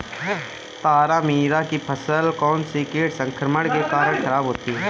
तारामीरा की फसल कौनसे कीट संक्रमण के कारण खराब होती है?